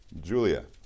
Julia